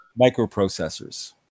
microprocessors